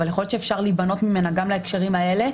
אבל יכול להיות שאפשר להיבנות ממנה גם להקשרים האלה.